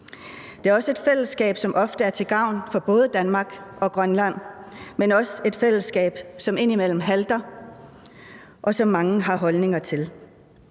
Det er også et fællesskab, som ofte er til gavn for både Danmark og Grønland, men også et fællesskab, som indimellem halter, og som mange har holdninger til.